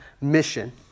mission